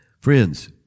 Friends